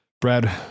Brad